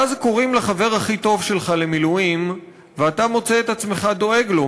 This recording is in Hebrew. ואז קוראים לחבר הכי טוב שלך למילואים ואתה מוצא את עצמך דואג לו,